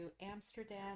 Amsterdam